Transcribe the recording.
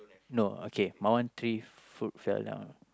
no okay my one three fruit fell down